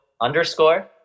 underscore